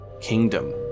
kingdom